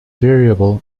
variable